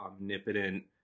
omnipotent